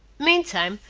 meantime,